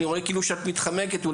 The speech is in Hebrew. אני רואה שאת מתחמקת,